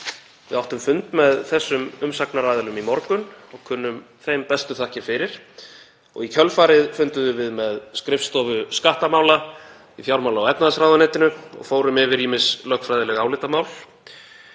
Við áttum fund með þessum umsagnaraðilum í morgun og kunnum þeim bestu þakkir fyrir. Í kjölfarið funduðum við með skrifstofu skattamála í fjármála- og efnahagsráðuneytinu og fórum yfir ýmis lögfræðileg álitamál.